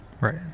right